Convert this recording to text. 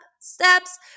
steps